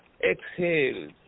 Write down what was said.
exhale